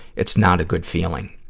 it's not a good feeling.